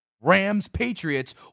Rams-Patriots